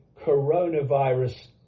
coronavirus